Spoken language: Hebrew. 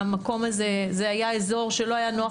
המקום הזה זה היה אזור שלא היה נוח